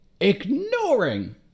Ignoring